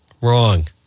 Wrong